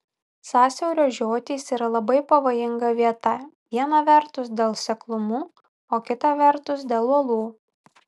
sąsiaurio žiotys yra labai pavojinga vieta viena vertus dėl seklumų o kita vertus dėl uolų